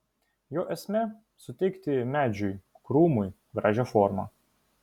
jo esmė suteikti medžiui krūmui gražią formą